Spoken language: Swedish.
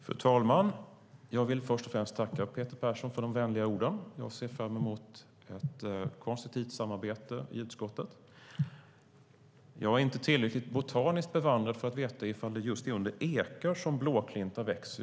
Fru talman! Jag vill först och främst tacka Peter Persson för de vänliga orden. Jag ser fram emot ett konstruktivt samarbete i utskottet. Jag är inte tillräckligt botaniskt bevandrad för att veta ifall det är just under ekar som blåklinten växer.